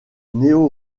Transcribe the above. néo